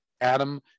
Adam